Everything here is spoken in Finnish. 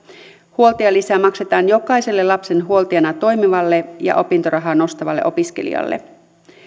huoltajalisä maksetaan jokaiselle lapsen huoltajana toimivalle ja opintorahaa nostavalle opiskelijalle